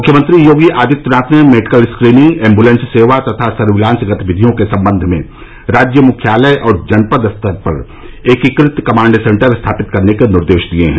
मुख्यमंत्री योगी आदित्यनाथ ने medical screening ambulance सेवा तथा सर्विलांस गतिविधियों के सम्बंध में राज्य मुख्यालय और जनपद स्तर पर एकीकृत कमाण्ड सेन्टर स्थापित करने के निर्देश दिए हैं